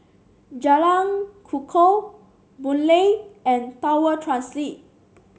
Jalan Kukoh Boon Lay and Tower Transit